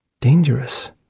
Dangerous